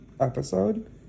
episode